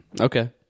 Okay